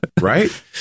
right